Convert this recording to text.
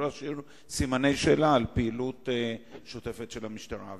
להשאיר סימני שאלה על פעילות שוטפת של המשטרה.